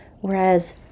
Whereas